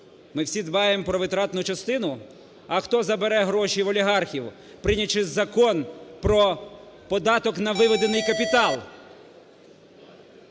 Ми всі дбаємо про витратну частину, а хто забере гроші в олігархів, прийнявши закон про податок на виведений капітал?